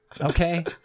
Okay